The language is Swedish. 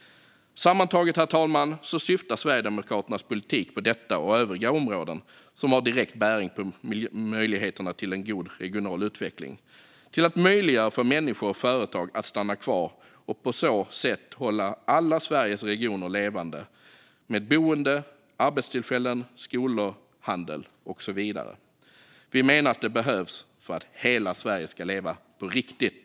Herr talman! Sammantaget syftar Sverigedemokraternas politik på detta område och övriga områden som har direkt bäring på möjligheterna till en god regional utveckling till att möjliggöra för människor och företag att stanna kvar och på så sätt hålla alla Sveriges regioner levande med boende, arbetstillfällen, skolor, handel och så vidare. Vi menar att det behövs för att hela Sverige ska leva - på riktigt.